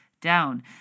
down